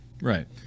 Right